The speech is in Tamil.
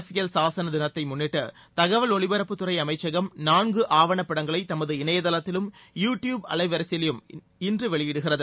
அரசியல் சாசன தினத்தை முன்னிட்டு தகவல் ஒலிபரப்புத்துறை அமைச்சகம் நான்கு ஆவண படங்களை தமது இணையதளத்திலும் யூடிப் அலைவரிசையிலும் இன்று வெளியிடுகிறது